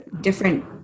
different